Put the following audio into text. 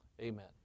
amen